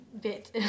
bit